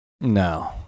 No